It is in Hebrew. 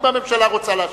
אם הממשלה רוצה להשיב,